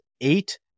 eight